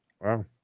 wow